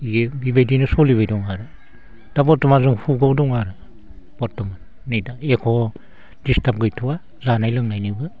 इयो बिबायदिनो सोलिबाय दं आरो दा बर्थमान जों सुखाव दं आरो बर्थमान नै दा एख' डिस्टार्ब गैथ'वा जानाय लोंनायनिबो